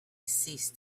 ceased